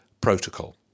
protocol